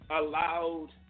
allowed